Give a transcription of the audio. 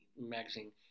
Magazine